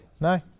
No